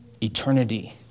eternity